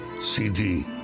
CD